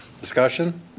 Discussion